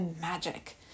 magic